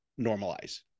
normalize